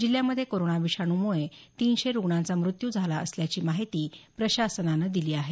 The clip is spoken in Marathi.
जिल्ह्यामधे कोरोना विषाणूमुळे तिनशे रुग्णांचा मृत्यू झाला असल्याची माहिती प्रशासनानं दिली आहे